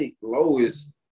lowest